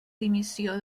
dimissió